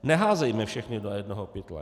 Neházejme všechny do jednoho pytle.